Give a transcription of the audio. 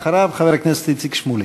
אחריו, חבר הכנסת איציק שמולי.